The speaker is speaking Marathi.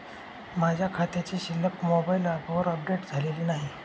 माझ्या खात्याची शिल्लक मोबाइल ॲपवर अपडेट झालेली नाही